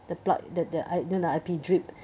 the plug that the I~ the I_P drip